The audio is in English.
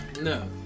No